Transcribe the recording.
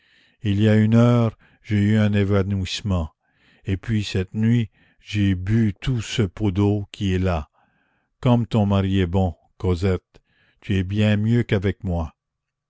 il y a une heure j'ai eu un évanouissement et puis cette nuit j'ai bu tout ce pot d'eau qui est là comme ton mari est bon cosette tu es bien mieux qu'avec moi